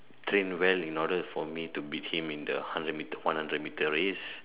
train well in order for me to beat him in the hundred metre one hundred metre race